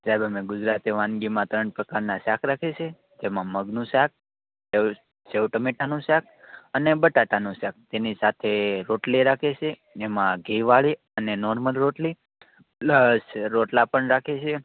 સાહેબ અમે ગુજરાતી વાનગીમાં ત્રણ પ્રકારના શાક રાખીએ છીએ જેમાં મગનું શાક સેવ સેવ ટમેટાનું શાક અને બટાટાનું શાક જેની સાથે રોટલી રાખીએ છીએ એમાં ઘીવાળી અને નોર્મલ રોટલી પ્લસ રોટલા પણ રાખીએ છીએ